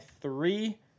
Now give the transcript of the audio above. three